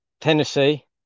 Tennessee